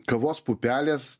kavos pupelės